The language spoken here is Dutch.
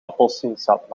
appelsiensap